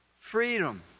freedom